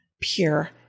pure